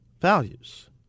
values